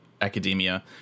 academia